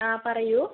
ആ പറയൂ